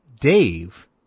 Dave